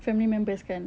family members kan